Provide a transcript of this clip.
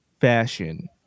fashion